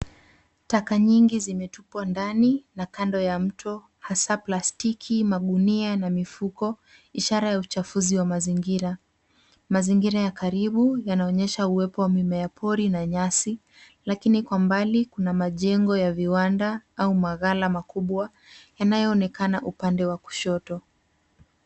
Taka nyingi zimetupwa ndani na kando ya mto hasa plastiki, magunia na mifuko ishara ya uchafuzi wa mazingira. Mazingira ya karibu yanaonyesha uwepo wa mimea pori na nyasi lakini kwa mbali kuna majengo ya viwanda au magala makubwa yanayoonekana upande wa kushoto.